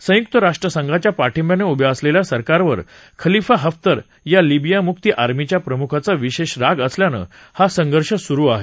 संयुक राष्ट्रसंघाच्या पाठिंब्यानं उभ्या असलेल्या सरकारवर खलिफा हफ्तर या लिबियामुक्ती आर्मीच्या प्रमुखाचा विशेष राग असल्यानं हा संघर्ष सुरु आहे